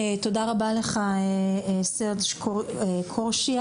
תודה רבה לך סרג' קורשיא,